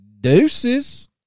deuces